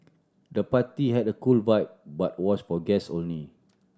the party had a cool vibe but was for guest only